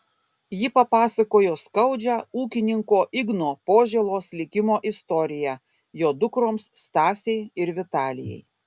ji papasakojo skaudžią ūkininko igno požėlos likimo istoriją jo dukroms stasei ir vitalijai